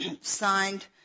signed